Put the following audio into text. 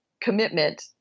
commitment